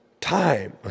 time